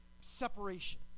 separation